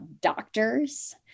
doctors